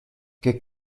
che